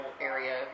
area